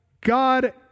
God